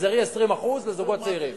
תגזרי 20% לזוגות צעירים.